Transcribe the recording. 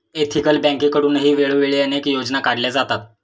ethical बँकेकडूनही वेळोवेळी अनेक योजना काढल्या जातात